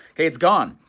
it's gone.